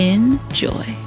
Enjoy